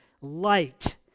light